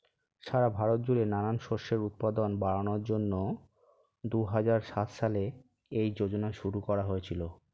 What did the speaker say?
সারা ভারত জুড়ে নানান শস্যের উৎপাদন বাড়ানোর জন্যে দুহাজার সাত সালে এই যোজনা শুরু করা হয়েছিল